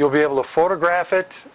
you'll be able to photograph it